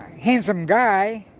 handsome guy.